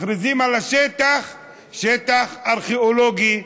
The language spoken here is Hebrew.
מכריזים על השטח כשטח ארכיאולוגי,